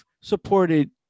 supported